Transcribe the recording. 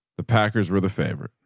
the packers were the favor.